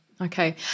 Okay